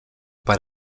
per